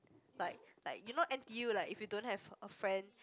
like like you know n_t_u like if you don't have a friend